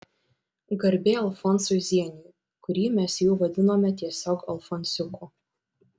garbė alfonsui zieniui kurį mes jau vadinome tiesiog alfonsiuku